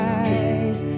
eyes